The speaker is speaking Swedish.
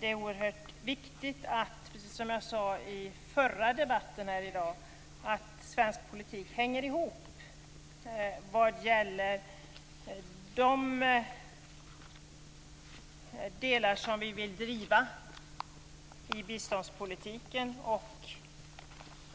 Det är oerhört viktigt, precis som jag sade i den förra debatten i dag, att svensk politik hänger ihop vad gäller de delar vi vill driva i biståndspolitiken och